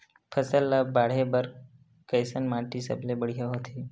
फसल ला बाढ़े बर कैसन माटी सबले बढ़िया होथे?